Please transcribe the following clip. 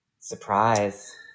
Surprise